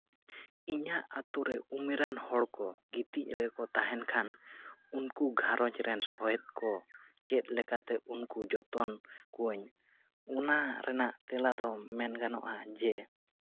ᱤᱧᱟᱹᱜ ᱟᱹᱛᱩ ᱨᱮ ᱩᱢᱮᱨᱟᱱ ᱦᱚᱲᱠᱚ ᱜᱤᱛᱤ ᱨᱮᱠᱚ ᱛᱟᱦᱮᱱ ᱠᱷᱟᱱ ᱩᱱᱠᱩ ᱜᱷᱟᱨᱚᱸᱡᱽ ᱨᱮ ᱥᱚᱦᱮᱫ ᱠᱚ ᱪᱮᱫ ᱞᱮᱠᱟᱛᱮ ᱩᱱᱠᱩ ᱡᱚᱛᱚᱱ ᱠᱚᱣᱟᱧ ᱚᱱᱟ ᱨᱮᱱᱟᱜ ᱛᱮᱞᱟ ᱫᱚ ᱢᱮᱱ ᱜᱟᱱᱚᱜᱼᱟ ᱡᱮ